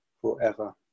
forever